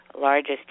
largest